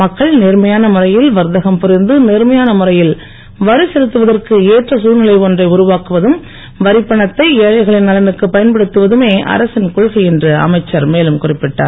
மக்கள் நேர்மையான முறையில் வர்த்தகம் புரிந்து நேர்மையான முறையில் வரி செலுத்துவதற்கு ஏற்ற தழ்நிலை ஒன்றை உருவாக்குவதும் வரிப் பணத்தை ஏழைகளின் நலனுக்குப் பயன்படுத்துவதுமே அரசின் கொள்கை என்று அமைச்சர் மேலும் குறிப்பிட்டார்